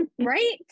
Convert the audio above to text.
Right